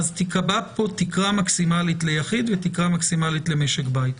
תיקבע פה תקרה מקסימלית ליחיד ותקרה מקסימלית למשק בית.